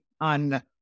on